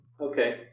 Okay